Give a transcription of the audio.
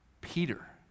Peter